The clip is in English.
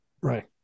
Right